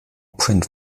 print